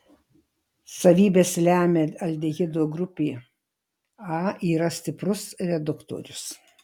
savybes lemia aldehido grupė a yra stiprus reduktorius